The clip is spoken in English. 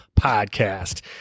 podcast